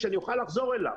שאני אוכל לחזור אליו.